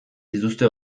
dituzte